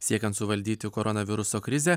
siekiant suvaldyti koronaviruso krizę